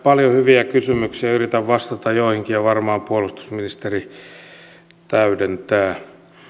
paljon hyviä kysymyksiä yritän vastata joihinkin ja varmaan puolustusministeri täydentää